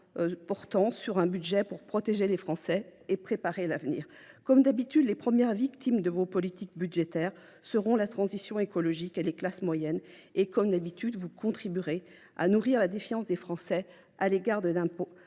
portant sur un budget pour protéger les Français et préparer l’avenir. Comme d’habitude, les premières victimes de vos politiques budgétaires seront la transition écologique et les classes moyennes et, comme d’habitude, vous contribuerez à nourrir la défiance des Français à l’égard de l’impôt,